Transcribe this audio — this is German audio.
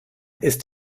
ist